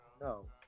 no